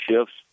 shifts